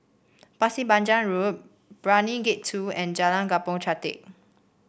Pasir Panjang Road Brani Gate Two and Jalan Kampong Chantek